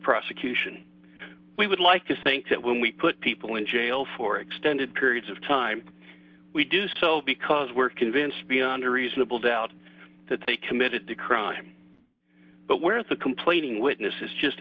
prosecution we would like to think that when we put people in jail for extended periods of time we do so because we're convinced beyond a reasonable doubt that they committed the crime but where the complaining witness is just